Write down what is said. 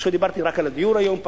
אני חושב שדיברתי רק על הדיור היום.